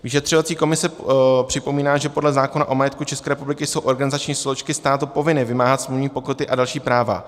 Vyšetřovací komise připomíná, že podle zákona o majetku České republiky jsou organizační složky státu povinny vymáhat smluvní pokuty a další práva.